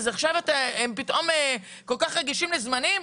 עכשיו הם פתאום כל כך רגישים לזמנים?